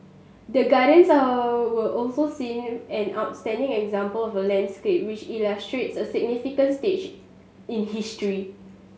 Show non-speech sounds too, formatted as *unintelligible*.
the Gardens *unintelligible* was also seen an outstanding example of a landscape which illustrates a significant stage in history